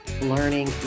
learning